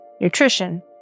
nutrition